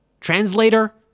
Translator